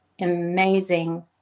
amazing